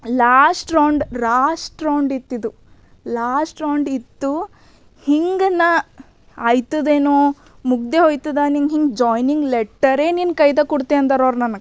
last round last round ಇತ್ತಿದು last round ಇತ್ತು ಹಿಂಗೆ ನಾ ಆಯ್ತದೇನೋ ಮುಗಿದೆ ಹೊಯ್ತದ ನಿಂಗೆ ಹಿಂಗೆ ಜಾಯ್ನಿಂಗ್ ಲೆಟ್ಟರೇ ನಿನ್ನ ಕೈದಾಗ ಕೊಡ್ತೆ ಅಂದರು ಅವ್ರು ನನಗೆ